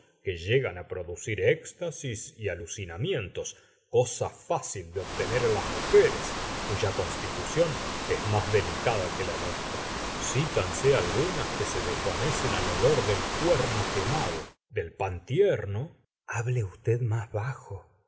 que llegan á producir éxtasis y alucinamientos cosa fácil de obtener en las mujeres cuya constitución es más delicada que la nuestra citanse algunas que se desva necen al olor del cuerno quemado del pan tierno hable usted más bajo